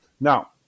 Now